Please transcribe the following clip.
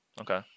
Okay